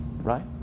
Right